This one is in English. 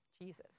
Jesus